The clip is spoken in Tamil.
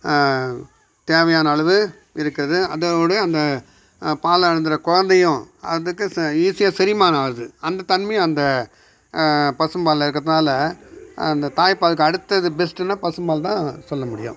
தேவையான அளவு இருக்குது அதோடய அந்த பாலை அருந்துகிற கொழந்தையும் அதுக்கு ஈஸியாக செரிமானம் ஆகுது அந்த தன்மை அந்த பசும்பாலில் இருக்கிறத்துனால அந்த தாய்ப்பாலுக்கு அடுத்தது பெஸ்ட்டுன்னா பசும்பால் தான் சொல்ல முடியும்